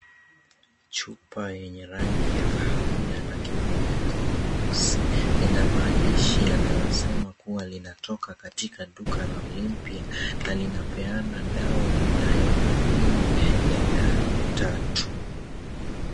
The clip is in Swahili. Chupa yenye rangi ya kahawia na kifuniko nyeusi ina maandishi yanayosema linatoka katika duka la Olimpia na linapeana dawa inayo madini ya D3.